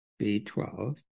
B12